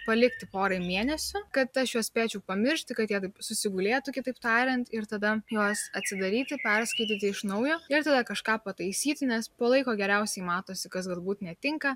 palikti porai mėnesių kad aš juos spėčiau pamiršti kad jie taip susigulėtų kitaip tariant ir tada juos atsidaryti perskaityti iš naujo ir tada kažką pataisyti nes po laiko geriausiai matosi kas galbūt netinka